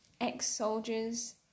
ex-soldiers